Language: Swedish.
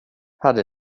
hade